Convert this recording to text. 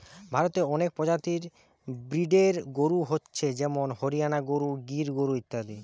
ভারতে অনেক প্রজাতির ব্রিডের গরু হচ্ছে যেমন হরিয়ানা গরু, গির গরু ইত্যাদি